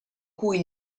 cui